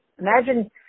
Imagine